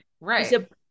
Right